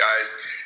guys